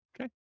Okay